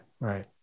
Right